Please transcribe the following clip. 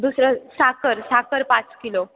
दुसरं साखर साखर पाच किलो